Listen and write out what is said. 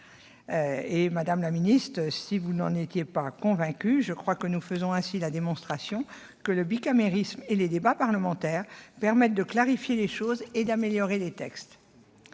Madame la secrétaire d'État, si vous n'en étiez pas encore convaincue, je crois que nous faisons ainsi la démonstration que le bicamérisme et les débats parlementaires permettent de clarifier les choses et d'améliorer les textes